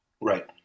Right